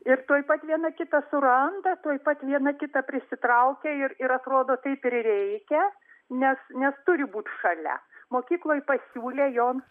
ir tuoj pat viena kitą suranda tuoj pat viena kitą prisitraukia ir ir atrodo taip ir reikia nes nes turi būt šalia mokykloj pasiūlė joms